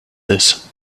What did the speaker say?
this